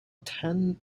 tang